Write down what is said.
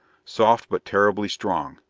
soft but terribly strong.